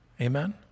Amen